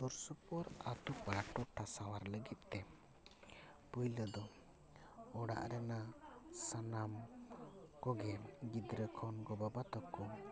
ᱥᱳᱨᱥᱳᱯᱚᱨ ᱟᱛᱳ ᱯᱟᱲᱟ ᱴᱚᱴᱷᱟ ᱥᱟᱶᱭᱟᱨ ᱞᱟᱹᱜᱤᱫ ᱛᱮ ᱯᱚᱭᱞᱚ ᱫᱚ ᱚᱲᱟᱜ ᱨᱮᱱᱟᱜ ᱥᱟᱱᱟᱢ ᱠᱚᱜᱮ ᱜᱤᱫᱽᱨᱟᱹ ᱠᱷᱚᱱ ᱜᱚ ᱵᱟᱵᱟ ᱛᱟᱠᱚ